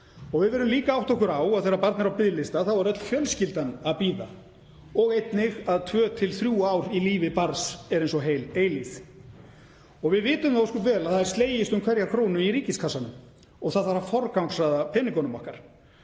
Við verðum líka að átta okkur á að þegar barn er á biðlista er öll fjölskyldan að bíða og einnig að tvö til þrjú ár í lífi barns eru eins og heil eilífð. Við vitum ósköp vel að það er slegist um hverja krónu í ríkiskassanum og það þarf að forgangsraða peningunum okkar.